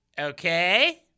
Okay